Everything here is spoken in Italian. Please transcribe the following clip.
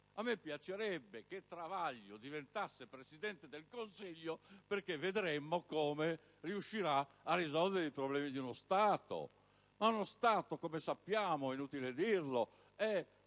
Mi piacerebbe che Travaglio diventasse Presidente del Consiglio perché vedremmo come riuscirebbe a risolvere i problemi di uno Stato. Ma, come sappiamo, ed è inutile dirlo, uno